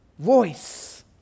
Voice